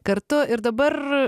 kartu ir dabar